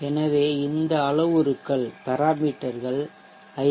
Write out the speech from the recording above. எனவே இந்த அளவுருக்கள் ஐ